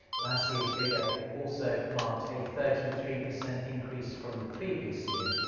last year's figure also marks a thirty three percent increase from the previous year.